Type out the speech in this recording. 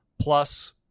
plus